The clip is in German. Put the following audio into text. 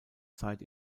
zeit